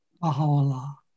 Baha'u'llah